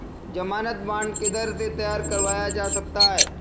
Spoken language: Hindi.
ज़मानत बॉन्ड किधर से तैयार करवाया जा सकता है?